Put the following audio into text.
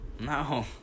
No